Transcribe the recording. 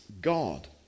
God